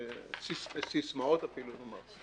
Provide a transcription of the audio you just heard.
סיסמאות אפילו לומר.